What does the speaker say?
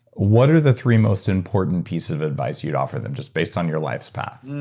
what are the three most important piece of advice you would offer them just based on your life's path?